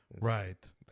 Right